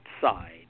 side